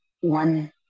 one